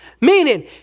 Meaning